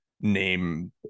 name